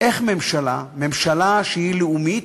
איך ממשלה, שהיא לאומית,